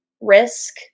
risk